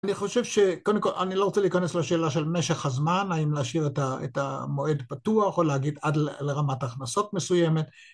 אני חושב שקודם כל אני לא רוצה להיכנס לשאלה של משך הזמן, האם להשאיר את המועד פתוח או להגיד עד לרמת הכנסות מסוימת.